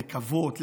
לקוות,